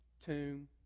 tomb